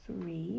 three